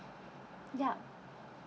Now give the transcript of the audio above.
yup